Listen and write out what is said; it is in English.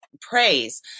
praise